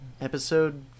episode